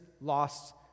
lost